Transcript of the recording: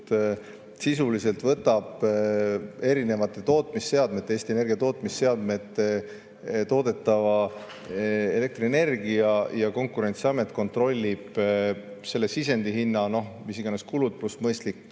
sisuliselt võtab erinevate tootmisseadmete, Eesti Energia tootmisseadmete toodetava elektrienergia ja Konkurentsiamet kontrollib selle sisendi hinda: mis iganes kulud pluss mõistlik